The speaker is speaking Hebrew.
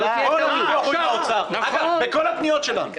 יהיה לנו ויכוח עם משרד האוצר בכל הפניות שלהם.